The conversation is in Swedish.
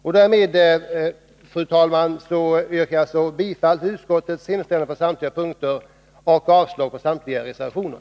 Med detta, fru talman, yrkar jag bifall till utskottets hemställan på samtliga punkter och avslag på samtliga reservationer.